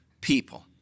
people